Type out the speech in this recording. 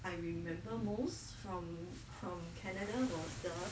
I remember most from from canada was the